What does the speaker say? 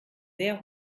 sehr